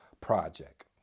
project